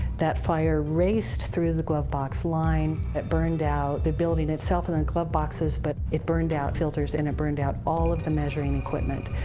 that fire raced through the glove box line, it burned out the building itself and the and glove boxes, but it burned out filters and it burned out all of the measuring equipment,